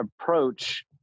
approach